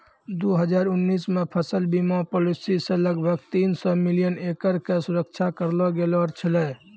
दू हजार उन्नीस मे फसल बीमा पॉलिसी से लगभग तीन सौ मिलियन एकड़ के सुरक्षा करलो गेलौ छलै